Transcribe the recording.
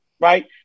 right